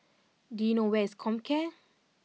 do you know where is Comcare